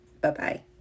Bye-bye